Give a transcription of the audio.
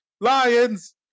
Lions